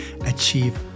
achieve